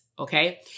Okay